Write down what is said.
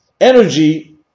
Energy